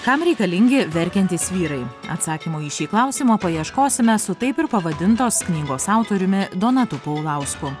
kam reikalingi verkiantys vyrai atsakymo į šį klausimą paieškosime su taip pavadintos knygos autoriumi donatu paulausku